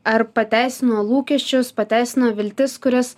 ar pateisino lūkesčius pateisino viltis kurias